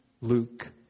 Luke